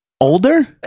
older